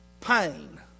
pain